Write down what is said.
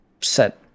set